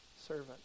servant